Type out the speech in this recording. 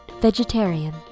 vegetarian